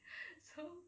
so